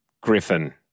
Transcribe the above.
Griffin